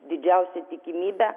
didžiausia tikimybė